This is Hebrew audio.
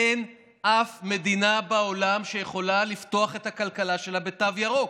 אין אף מדינה בעולם שיכולה לפתוח את הכלכלה שלה בתו ירוק,